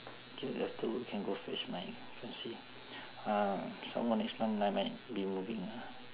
can after work can go fetch my fiancee uh some more next month I might be moving ah